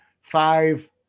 five